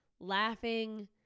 laughing